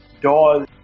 doll